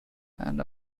and